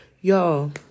Y'all